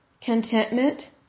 contentment